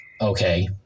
Okay